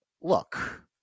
look